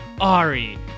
Ari